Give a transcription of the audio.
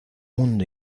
mundo